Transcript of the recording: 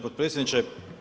potpredsjedniče.